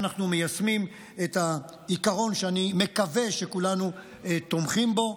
אנחנו מיישמים את העיקרון שאני מקווה שכולנו תומכים בו.